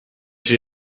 she